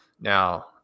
now